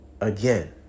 again